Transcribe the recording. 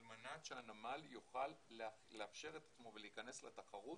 על מנת שהנמל יוכל לאפשר את עצמו ולהיכנס לתחרות